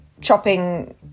chopping